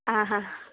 ആഹാ